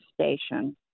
station